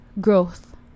growth